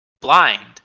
blind